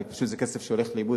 כי פשוט זה כסף שהולך לאיבוד,